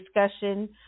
discussion